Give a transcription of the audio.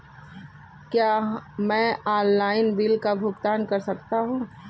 क्या मैं online bill का भुगतान कर सकता हूँ?